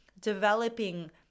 developing